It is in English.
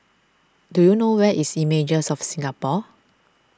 do you know where is Images of Singapore